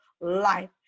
life